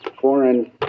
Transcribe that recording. foreign